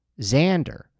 Xander